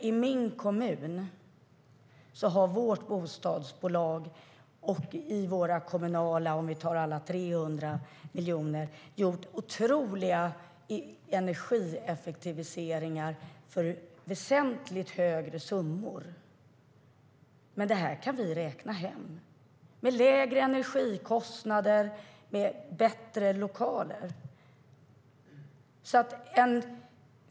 I min kommun har vårt bostadsbolag - vi kan tala om våra kommunala, om vi tar alla 300 miljoner - gjort otroliga energieffektiviseringar för väsentligt högre summor. Men det här kan vi räkna hem med lägre energikostnader och med bättre lokaler.